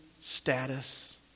status